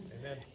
Amen